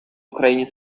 україні